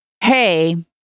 hey